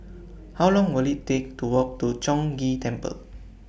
How Long Will IT Take to Walk to Chong Ghee Temple